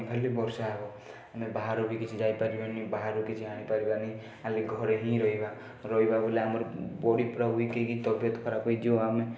ଖାଲି ବର୍ଷା ହେବ ଆମେ ବାହାରକୁ ବି କିଛି ଯାଇପାରିବାନି ବାହାରୁ କିଛି ଆଣିପାରିବାନି ଖାଲି ଘରେ ହିଁ ରହିବା ରହିବା ବୋଲେ ଆମର ବଡ଼ି ପୂରା ୱିକ୍ ହେଇକି ତବିୟତ୍ ଖରାପ ହେଇଯିବ ଆମେ